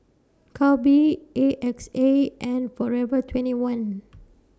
Calbee A X A and Forever twenty one